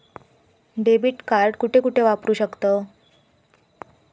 Debit card कुठे कुठे वापरू शकतव?